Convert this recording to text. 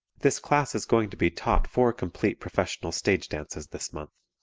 this class is going to be taught four complete professional stage dances this month.